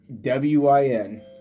W-I-N